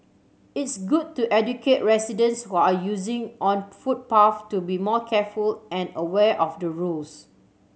it's good to educate residents who are using on footpath to be more careful and aware of the rules